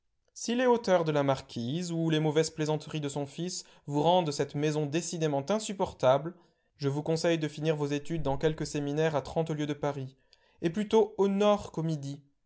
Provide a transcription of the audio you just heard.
si les hauteurs de la marquise ou les mauvaises plaisanteries de son fils vous rendent cette maison décidément insupportable je vous conseille de finir vos études dans quelque séminaire à trente lieues de paris et plutôt au nord